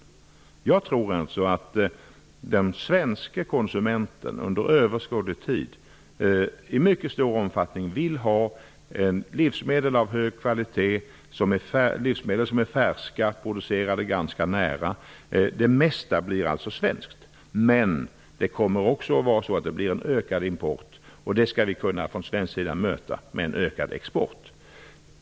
Jag är övertygad om att de svenska konsumenterna under överskådlig tid vill ha färska livsmedel, som är av hög kvalitet och som är producerade ganska nära. Den största delen av de varor som konsumeras här kommer därför att vara svensk. Vi kommer också att få en ökning av import, men detta skall vi kunna möta genom en ökning av den svenska exporten.